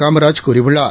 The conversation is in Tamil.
காமராஜ் கூழியுள்ளார்